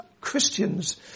Christians